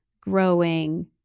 growing